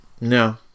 No